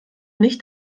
nicht